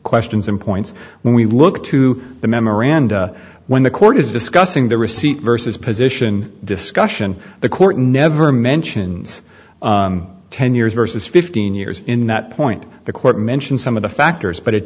questions in points when we look to the memoranda when the court is discussing the receipt versus position discussion the court never mentions ten years versus fifteen years in that point the court mentioned some of the factors but it